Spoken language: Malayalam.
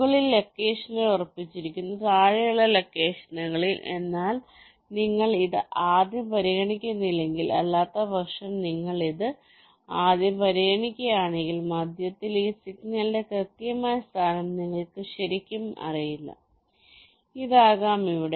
മുകളിൽ ലൊക്കേഷനിൽ ഉറപ്പിച്ചിരിക്കുന്നു താഴെയുള്ള ലൊക്കേഷനിൽ എന്നാൽ നിങ്ങൾ ഇത് ആദ്യം പരിഗണിക്കുന്നില്ലെങ്കിൽഅല്ലാത്തപക്ഷം നിങ്ങൾ ഇത് ആദ്യം പരിഗണിക്കുകയാണെങ്കിൽ മധ്യത്തിൽ ഈ സിഗ്നലിന്റെ കൃത്യമായ സ്ഥാനം നിങ്ങൾക്ക് ശരിക്കും അറിയില്ല ഇത് ആകാം ഇവിടെ